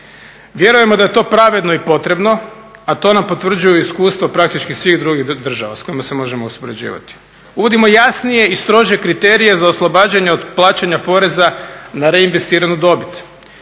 Vjerujemo da je to pravedno i potrebno, a to nam potvrđuju iskustva praktički svih drugih državama s kojima se možemo uspoređivati. Uvodimo jasnije i strože kriterije za oslobađanje od plaćanja poreza na reinvestiranu dobit,